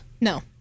No